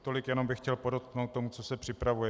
Tolik jenom bych chtěl podotknout k tomu, co se připravuje.